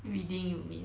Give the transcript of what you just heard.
reading you mean